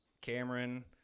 Cameron